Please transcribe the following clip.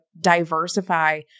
diversify